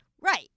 Right